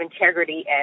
integrity